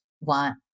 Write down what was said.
want